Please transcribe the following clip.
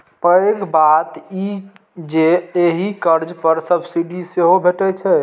पैघ बात ई जे एहि कर्ज पर सब्सिडी सेहो भैटै छै